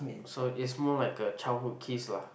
so is more like a childhood kiss lah